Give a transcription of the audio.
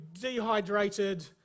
dehydrated